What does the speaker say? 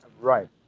Right